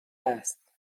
است